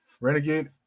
Renegade